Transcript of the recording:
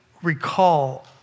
recall